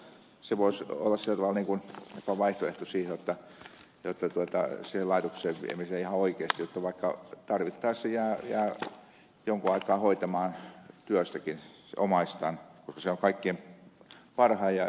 se voisi olla sillä tavalla jopa vaihtoehto sille laitokseen viemiselle ihan oikeasti jotta vaikka tarvittaessa jää joksikin aikaa hoitamaan työstäkin omaistaan koska se on kaikkein parhain ja pehmein vaihtoehto